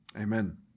Amen